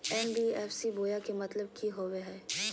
NBFC बोया के मतलब कि होवे हय?